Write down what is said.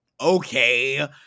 okay